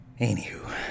Anywho